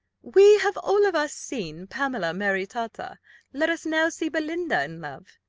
we have all of us seen pamela maritata let us now see belinda in love,